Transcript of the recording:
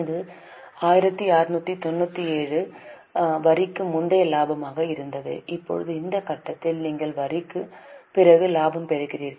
இது 1695 வரிக்கு முந்தைய லாபமாக இருந்தது இப்போது இந்த கட்டத்தில் நீங்கள் வரிக்குப் பிறகு லாபம் பெறுகிறீர்கள்